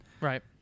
right